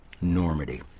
Normandy